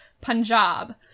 punjab